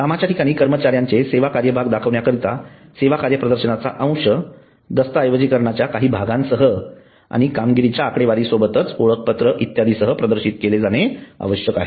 कामाच्या ठिकाणी कर्मचाऱ्यांचे सेवा कार्यभाग दाखविण्या करता सेवा कार्यप्रदर्शनाचा अंश दस्तऐवजीकरणाच्या काही भागांसह आणि कामगिरीच्या आकडेवारी सोबतच ओळखपत्र इत्यादींसह प्रदर्शित केले जाणे आवश्यक आहे